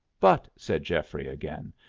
but, said geoffrey again,